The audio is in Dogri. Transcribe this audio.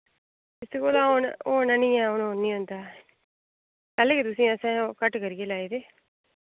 इसदे कोला होना निं ऐ हून होर निं होंदा ऐ पैह्लें गै तुसें गी असैं घट्ट करियै लाए दे